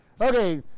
okay